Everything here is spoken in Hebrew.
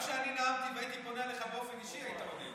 גם כשאני נאמתי והייתי פונה אליך באופן אישי היית עונה.